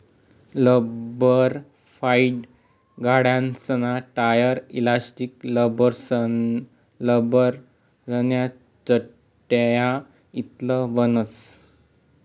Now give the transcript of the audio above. लब्बरफाइ गाड्यासना tyre, elastic, लब्बरन्या चटया इतलं बनस